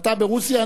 אתה ברוסיה,